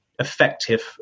effective